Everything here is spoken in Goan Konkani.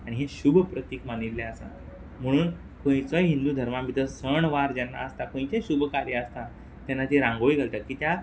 आणी ही शूभ प्रतीक मानिल्लें आसा म्हुणून खंयचोय हिंदू धर्मा भितर सण वार जेन्ना आसता खंयचें शूभ कार्य आसता तेन्ना ती रांगोळी घालतात कित्याक